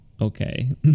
okay